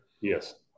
Yes